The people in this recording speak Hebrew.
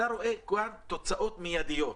שאתה רואה כבר תוצאות מידיות.